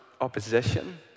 opposition